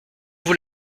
vous